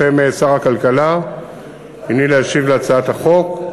בשם שר הכלכלה הנני להשיב על הצעת החוק.